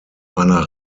einer